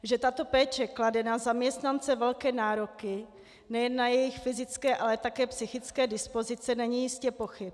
Že tato péče klade na zaměstnance velké nároky, nejen na jejich fyzické, ale také psychické dispozice, není jistě pochyb.